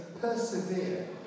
persevere